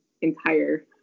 entire